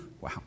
Wow